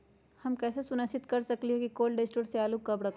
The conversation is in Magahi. हम कैसे सुनिश्चित कर सकली ह कि कोल शटोर से आलू कब रखब?